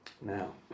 Now